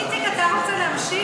איציק, אתה רוצה להמשיך?